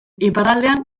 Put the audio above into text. iparraldean